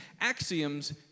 axioms